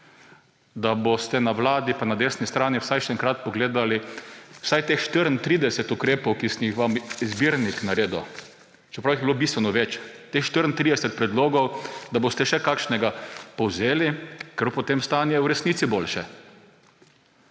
da boste na vladi pa na desni strani vsaj še enkrat pogledali vsaj teh 34 ukrepov, ki sem jih vam izbirnik naredil, čeprav jih je bilo bistveno več. Teh 34 predlogov, da boste še kakšnega povzeli, ker bo potem stanje v resnici boljše.